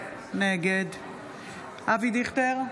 נגד אבי דיכטר,